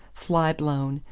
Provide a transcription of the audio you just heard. fly-blown,